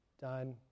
done